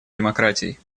демократий